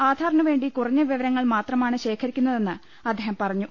ആധാറിനു വേണ്ടി കുറഞ്ഞ വിവര്ങ്ങൾ മാത്രമാണ് ശേഖരിക്കുന്നതെന്ന് അദ്ദേഹം പറഞ്ഞു